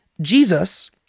Jesus—